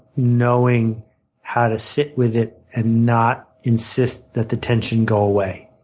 knowing how to sit with it and not insist that the tension go away.